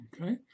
okay